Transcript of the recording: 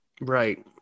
Right